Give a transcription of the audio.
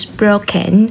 broken